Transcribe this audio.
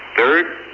third,